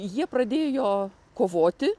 jie pradėjo kovoti